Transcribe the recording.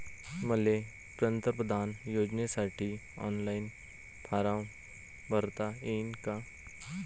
मले पंतप्रधान योजनेसाठी ऑनलाईन फारम भरता येईन का?